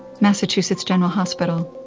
massachusetts general hospital.